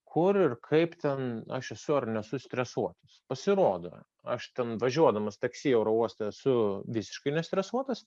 kur ir kaip ten aš esu ar nesu stresuotas pasirodo aš ten važiuodamas taksi oro uoste esu visiškai nestresuotas